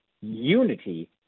unity